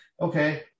okay